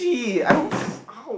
is